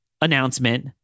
announcement